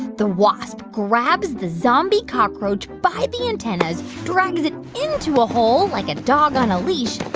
the wasp grabs the zombie cockroach by the antennas, drags it into a hole like a dog on a leash.